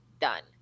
done